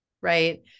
Right